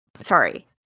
sorry